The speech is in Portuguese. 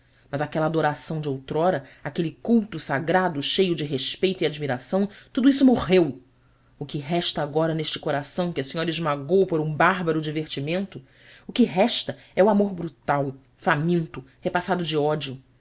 mas aquela adoração de outrora aquele culto sagrado cheio de respeito e admiração tudo isso morreu o que resta agora neste coração que a senhora esmagou por um bárbaro divertimento o que resta é o amor brutal faminto repassado de ódio